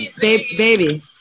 Baby